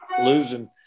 Losing